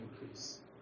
increase